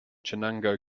chenango